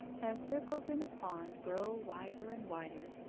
as circles in a pond grow wider and wider,